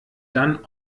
dann